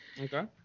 Okay